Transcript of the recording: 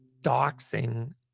doxing